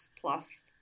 plus